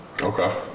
okay